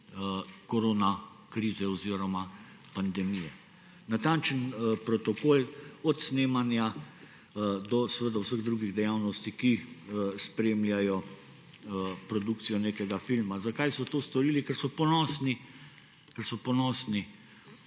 koronakrize oziroma pandemije, natančen protokol od snemanja do vseh drugih dejavnosti, ki spremljajo produkcijo nekega filma. Zakaj so to storili? Ker so ponosni